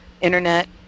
internet